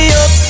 up